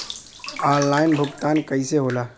Online भुगतान कईसे होला?